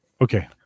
Okay